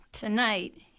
Tonight